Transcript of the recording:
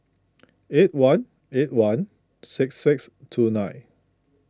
eight one eight one six six two nine